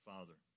Father